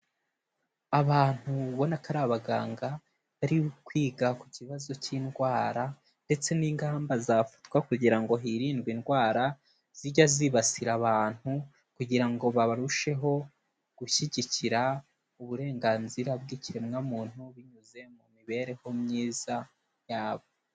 Abantu ubona ko ari abaganga, bari kwiga ku kibazo cy'indwara ndetse n'ingamba zafatwa kugira ngo hirindwe indwara zijya zibasira abantu, kugira ngo barusheho gushyigikira uburenganzira bw'ikiremwamuntu, binyuze mu mibereho myiza y'abo.